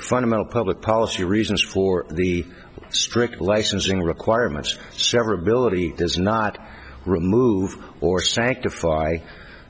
fundamental public policy reasons for the strict licensing requirements severability does not remove or sanctify